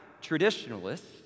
traditionalists